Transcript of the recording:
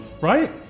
Right